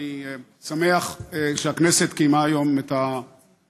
אני שמח שהכנסת קיימה היום את הדיון,